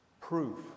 proof